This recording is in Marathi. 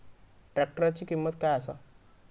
ट्रॅक्टराची किंमत काय आसा?